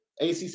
acc